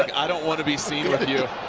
i don't want to be seen with you.